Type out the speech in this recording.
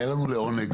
היה לנו לעונג,